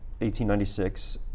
1896